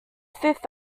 fifth